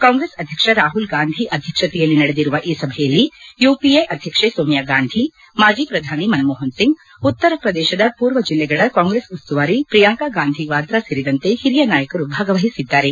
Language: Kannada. ಕಾಂಗ್ರೆಸ್ ಅಧ್ಯಕ್ಷ ರಾಹುಲ್ ಗಾಂಧಿ ಅಧ್ಯಕ್ಷತೆಯಲ್ಲಿ ನಡೆದಿರುವ ಈ ಸಭೆಯಲ್ಲಿ ಯುಪಿಎ ಅಧ್ಯಕ್ಷೆ ಸೋನಿಯಾಗಾಂಧಿ ಮಾಜಿ ಪ್ರಧಾನಿ ಮನಮೋಹನ್ ಒಂಗ್ ಉತ್ತರ ಪ್ರದೇಶದ ಪೂರ್ವ ಜಿಲ್ಲೆಗಳ ಕಾಂಗ್ರೆಸ್ ಉಸ್ತುವಾರಿ ಪ್ರಿಯಾಂಕಾ ಗಾಂಧಿ ವಾಡ್ರಾ ಸೇರಿದಂತೆ ಹಿರಿಯ ನಾಯಕರು ಭಾಗವಹಿಸಿದ್ದಾರೆ